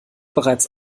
bereits